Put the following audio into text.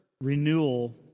renewal